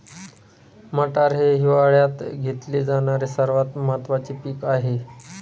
मटार हे हिवाळयात घेतले जाणारे सर्वात महत्त्वाचे पीक आहे